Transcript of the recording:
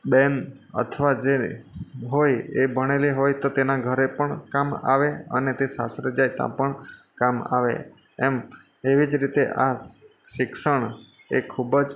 બેન અથવા જે હોય એ ભણેલી હોય તો તેના ઘરે પણ કામ આવે અને તે સાસરે જાય ત્યાં પણ કામ આવે એમ એવી જ રીતે આ શિક્ષણ એ ખૂબ જ